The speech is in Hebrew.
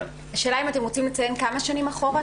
האם אתם רוצים לציין כמה שנים אחורה?